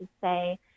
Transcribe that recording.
say